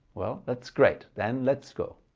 well that's great then let's go.